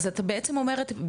אז את בעצם אומרת,